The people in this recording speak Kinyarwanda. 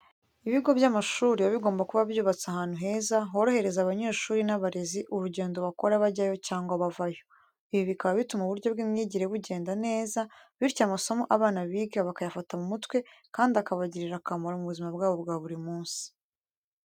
Ibigo by'amashuri biba bigomba kuba byubatse ahantu heza horohereza abanyeshuri n'abarezi urugendo bakora bajyayo cyangwa bavayo. Ibi bikaba bituma uburyo bw'imyigire bugenda neza, bityo amasomo abana biga bakayafata mu mutwe kandi akabagirira akamaro mu buzima bwabo bwa buri munsi.